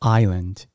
island